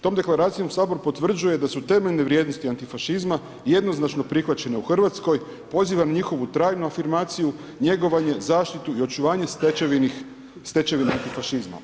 Tom deklaracijom Sabor potvrđuje da su temeljne vrijednosti antifašizma jednoznačno prihvaćene u Hrvatskoj, pozivan na njihovu trajnu afirmaciju, njegovanje, zaštitu i očuvanje stečevine antifašizma.